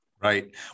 right